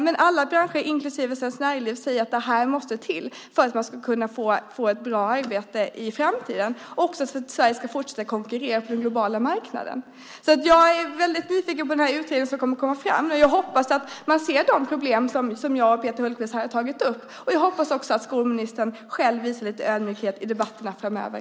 Men alla branscher, inklusive Svenskt Näringsliv, säger att det här måste till för att man ska kunna få ett bra arbete i framtiden och för att Sverige ska kunna fortsätta konkurrera på den globala marknaden. Jag är väldigt nyfiken på den utredning som ska komma, och jag hoppas att man ser de problem som jag och Peter Hultqvist har tagit upp. Jag hoppas också att skolministern själv visar lite ödmjukhet i debatterna framöver.